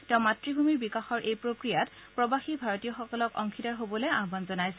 তেওঁ মাতৃভূমিৰ বিকাশৰ এই প্ৰক্ৰিয়াত প্ৰবাসী ভাৰতীয়সকলক অংশীদাৰ হ'বলৈ আহান জনাইছে